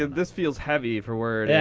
this feels heavy for where it yeah